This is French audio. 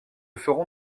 ferons